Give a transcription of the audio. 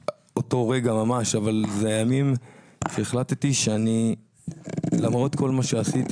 אבל זה הימים שהחלטתי שלמרות כל מה שעשיתי